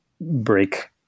break